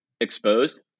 Exposed